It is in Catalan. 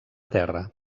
terra